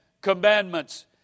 commandments